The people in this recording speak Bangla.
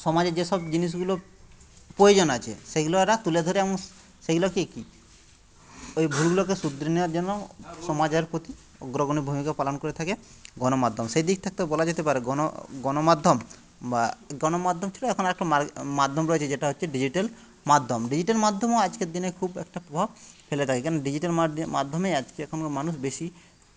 সমাজের যেসব জিনিসগুলো প্রয়োজন আছে সেইগুলো ওরা তুলে ধরে সেইগুলো কি কি ওই ভুলগুলোকে শুধরে নেওয়ার জন্য সমাজের প্রতি অগ্রগণ্য ভূমিকা পালন করে থাকে গণমাধ্যম সেই দিক থাকতেও বলা যেতে পারে গণ গণমাধ্যম বা গণমাধ্যম ছাড়া এখন একটা মাধ্যম রয়েছে যেটা হচ্ছে ডিজিটাল মাধ্যম ডিজিটাল মাধ্যমও আজকের দিনে খুব একটা প্রভাব ফেলে দেয় কেন ডিজিটাল মাধ্যমে আজকে এখনকার মানুষ বেশি